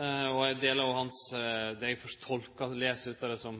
Eg deler òg det eg les som